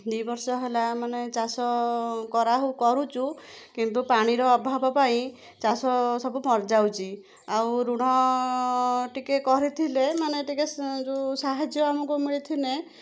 ଦୁଇ ବର୍ଷ ହେଲା ମାନେ ଚାଷ କରା ହଉ କରୁଛୁ କିନ୍ତୁ ପାଣିର ଅଭାବ ପାଇଁ ଚାଷ ସବୁ ମରିଯାଉଛି ଆଉ ଋଣ ଟିକେ କରିଥିଲେ ମାନେ ଟିକେ ସାହାର୍ଯ୍ୟ ଆମକୁ ମିଳିଥିନେ